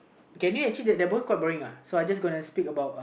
okay anyway that the book actually quite boring lah so I just gonna speak about the